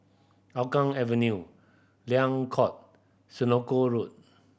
Hougang Avenue Liang Court Senoko Road